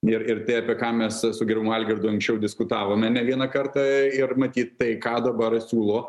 ir ir tie apie ką mes su gerbiamu algirdu anksčiau diskutavome ne vieną kartą ir matyt tai ką dabar siūlo